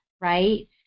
right